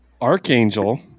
Archangel